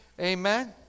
Amen